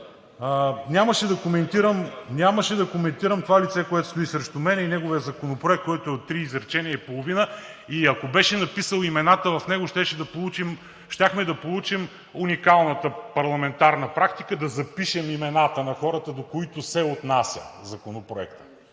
нямаше да коментирам това лице, което стои срещу мен, и неговият законопроект, който е от три изречения и половина, ако беше написал имената в него, щяхме да получим уникалната парламентарна практика – да запишем имената на хората, до които се отнася Законопроектът.